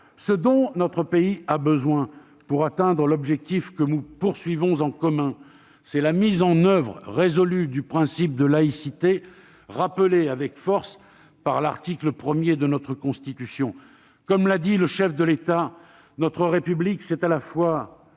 Ce dont notre pays a besoin pour atteindre l'objectif que nous recherchons en commun, c'est la mise en oeuvre résolue du principe de laïcité rappelé avec force par l'article 1 de notre Constitution. Comme l'a souligné le chef de l'État, notre République est à la fois